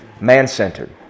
Man-centered